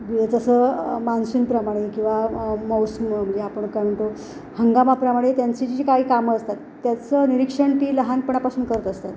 जसं मानसूनप्रमाणे किंवा मौसम म्हणजे आपण काय म्हणतो हंगामाप्रमाणे त्यांची जी जी काही कामं असतात त्याचं निरीक्षण ती लहानपणापासून करत असतात